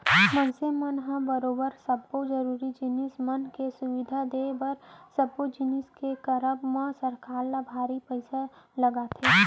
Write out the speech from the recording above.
मनसे मन ल बरोबर सब्बो जरुरी जिनिस मन के सुबिधा देय बर सब्बो जिनिस के करब म सरकार ल भारी पइसा लगथे